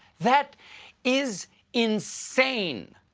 that is insane.